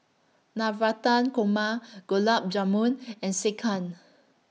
Navratan Korma Gulab Jamun and Sekihan